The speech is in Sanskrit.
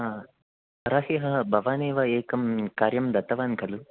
हा परह्यः भवानेव एकं कार्यं दत्तवान् खलु